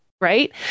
Right